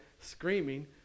screaming